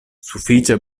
sufiĉe